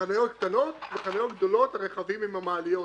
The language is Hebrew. חניות קטנות וחניות גדולות לרכבים עם המעליות.